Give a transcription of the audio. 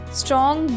strong